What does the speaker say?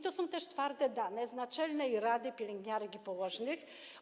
To są też twarde dane z Naczelnej Rady Pielęgniarek i Położnych.